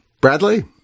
bradley